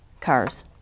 cars